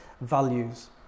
values